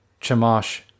Chamash